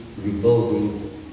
rebuilding